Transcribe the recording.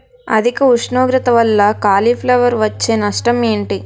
అధిక ఉష్ణోగ్రత వల్ల కాలీఫ్లవర్ వచ్చే నష్టం ఏంటి?